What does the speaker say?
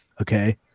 okay